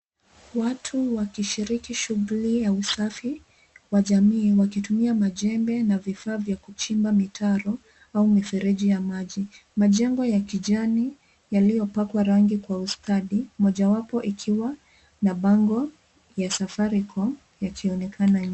Watu wakishiriki shughuli ya usafi wa jamii wakitumia majembe na vifaa vya kuchimba mitaro au mifereji ya maji. Majengo ya kijani yaliyopakwa rangi kwa ustadi, mojawapo ikiwa na bango ya Safaricom yakionekana.